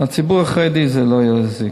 לציבור החרדי זה לא יזיק,